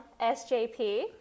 SJP